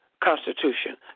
Constitution